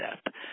step